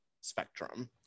spectrum